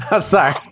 Sorry